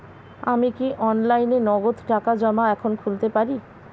আমি কি অনলাইনে নগদ টাকা জমা এখন খুলতে পারি?